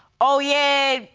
oh yeah,